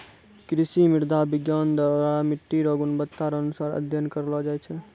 कृषि मृदा विज्ञान द्वरा मट्टी रो गुणवत्ता रो अनुसार अध्ययन करलो जाय छै